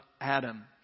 Adam